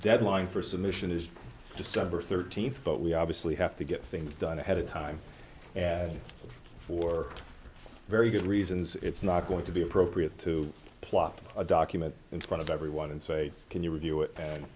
deadline for submission is just rubber thirteenth but we obviously have to get things done ahead of time for very good reasons it's not going to be appropriate to plot a document in front of everyone and say can you review it and